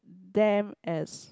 them as